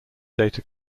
data